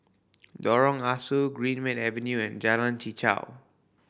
Lorong Ah Soo Greenmead Avenue and Jalan Chichau